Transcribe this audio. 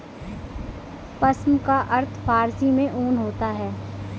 पश्म का अर्थ फारसी में ऊन होता है